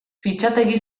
fitxategi